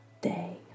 day